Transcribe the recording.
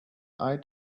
eye